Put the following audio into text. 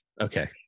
Okay